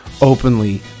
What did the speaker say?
openly